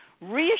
Reassure